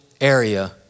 area